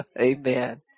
Amen